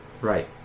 Right